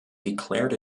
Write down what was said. declared